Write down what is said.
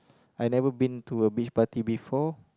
I never been to a beach party before